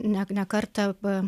ne ne kartą